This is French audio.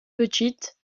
petites